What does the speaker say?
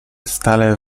stale